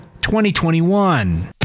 2021